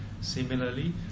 Similarly